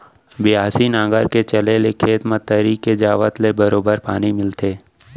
बियासी नांगर के चले ले खेत म तरी के जावत ले बरोबर पानी मिलथे